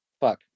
Fuck